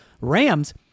Rams